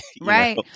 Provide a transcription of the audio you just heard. Right